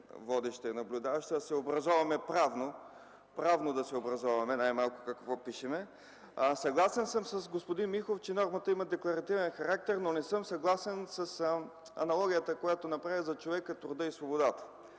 водеща и наблюдаваща, най-малкото да се образоваме правно какво пишем. Съгласен съм с господин Миков, че нормата има декларативен характер, но не съм съгласен с аналогията, която направи за човека, труда и свободата.